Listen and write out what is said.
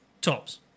tops